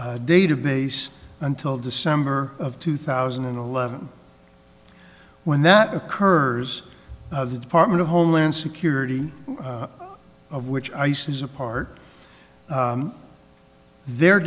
c database until december of two thousand and eleven when that occurs of the department of homeland security of which ice is a part their